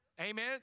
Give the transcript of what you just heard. Amen